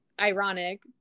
ironic